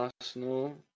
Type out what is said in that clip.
Arsenal